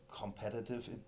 competitive